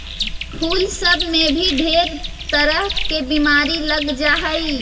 फूल सब में भी ढेर तरह के बीमारी लग जा हई